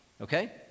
okay